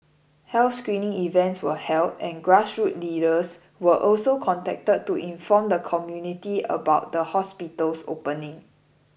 health screening events were held and grassroots leaders were also contacted to inform the community about the hospital's opening